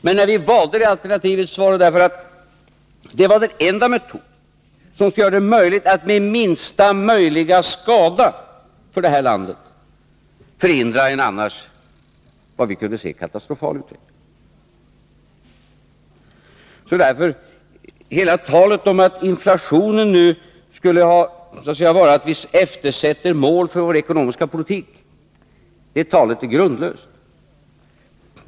Men när vi valde detta alternativ så var det därför att det var den enda metod som skulle göra det möjligt att med minsta tänkbara skada för vårt land förhindra en annars — såvitt vi kunde se — katastrofal utveckling. Därför är det helt grundlöst att säga att inflationen nu skulle innebära att vi eftersätter mål för vår ekonomiska politik.